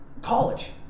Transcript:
college